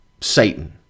Satan